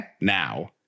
now